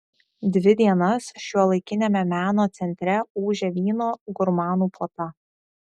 dvi dienas šiuolaikiniame meno centre ūžė vyno gurmanų puota